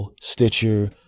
Stitcher